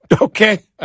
Okay